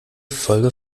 folge